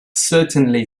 certainly